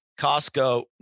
Costco